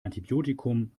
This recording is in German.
antibiotikum